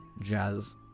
jazz